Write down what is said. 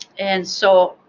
and so,